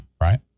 right